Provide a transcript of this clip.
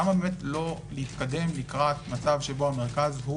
למה לא להתקדם לקראת מצב שבו המרכז הוא